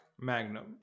Magnum